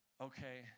okay